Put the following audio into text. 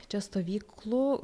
čia stovyklų